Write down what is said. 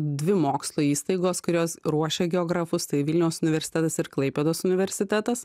dvi mokslo įstaigos kurios ruošia geografus tai vilniaus universitetas ir klaipėdos universitetas